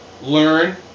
learn